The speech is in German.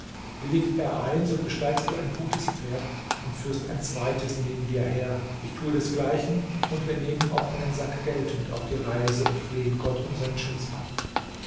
willigt er ein so besteigst du ein gutes pferd und führst ein zweites neben dir her ich tue desgleichen und wir nehmen auch einen sack geld mit auf die reise und flehen gott um seinen schutz an